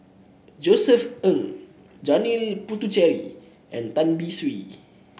Josef Ng Janil Puthucheary and Tan Beng Swee